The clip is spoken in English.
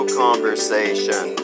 conversation